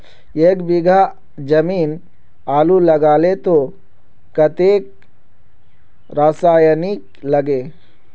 एक बीघा जमीन आलू लगाले तो कतेक रासायनिक लगे?